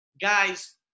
guys